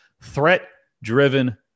threat-driven